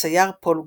הצייר פול גוגן.